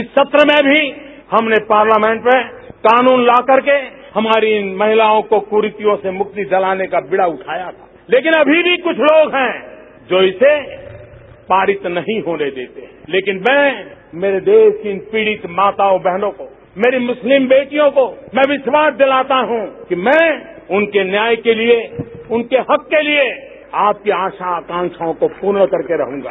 इस सत्र में भी हमने पार्लियामेंट में कानून ला करके हमारी इन महिलाओं को इन क्रीतियों से मुक्ति दिलाने का बीड़ा उठाया है लेकिन अभी भी कृष्ठ लोग है जो इसे पारित नहीं होने देते हैं लेकिन मैं मेरे देश की इन पीड़ित माताओं बहनों मेरी मुस्लिम बेटियों को मैं विश्वास दिलाता हूं कि मैं उनके न्याय के लिए उनके हक के लिए आपके आशा आकांक्षाओं को पूर्ण करके रहंगा